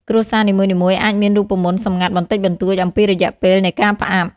គ្រួសារ នីមួយៗអាចមានរូបមន្តសម្ងាត់បន្តិចបន្តួចអំពីរយៈពេលនៃការផ្អាប់។